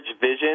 vision